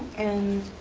and,